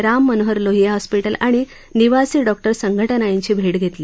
राममनोहर लोहीया हॅस्पिटल आणि निवासी डॉक्टर्स संघटना यांची भेट घेतली